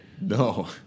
No